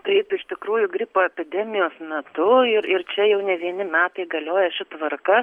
taip iš tikrųjų gripo epidemijos metu ir ir čia jau ne vieni metai galioja ši tvarka